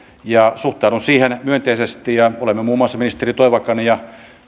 suhtaudun siihen myönteisesti ja olemme muun muassa ministeri toivakan ja